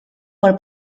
por